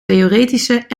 theoretische